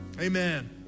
amen